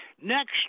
Next